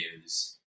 news